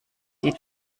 die